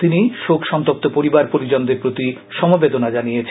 তিনি শোক সন্তপ্ত পরিবার পরিজনদের প্রতি সমবেদনা জানিয়েছেন